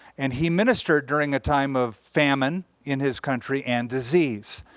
and he ministered during a time of famine in his country, and disease.